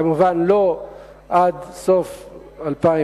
כמובן לא עד סוף 2012,